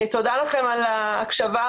תודה לכם על ההקשבה.